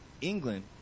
England